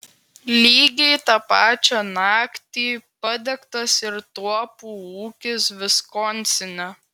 lygiai tą pačią naktį padegtas ir tuopų ūkis viskonsine